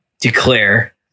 declare